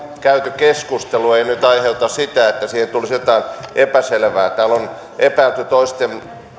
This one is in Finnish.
käyty keskustelu ei nyt aiheuta sitä että siihen tulisi jotain epäselvää täällä on epäilty toisten